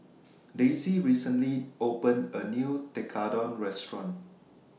Daisy recently opened A New Tekkadon Restaurant